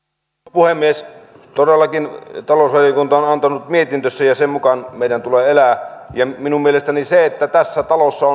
puhemies todellakin talousvaliokunta on on antanut mietintönsä ja sen mukaan meidän tulee elää minun mielestäni tässä talossa